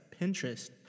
pinterest